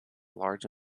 large